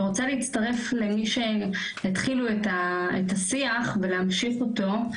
אני רוצה להצטרך למי שהתחילו את השיח ולהמשיך אותו.